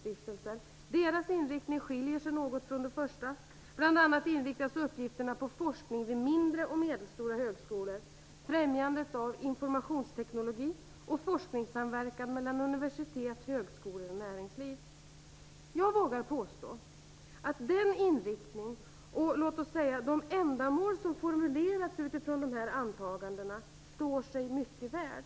stiftelser. Deras inriktning skiljer sig något från de tidigare, bl.a. inriktas uppgifterna på forskning vid mindre och medelstora högskolor, främjandet av informationsteknik och forskningssamverkan mellan universitet, högskolor och näringsliv. Jag vågar påstå att den inriktning och - låt oss säga - de ändamål som formulerats utifrån dessa antaganden står sig mycket väl.